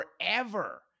forever